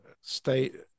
state